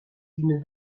d’une